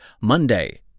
Monday